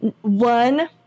one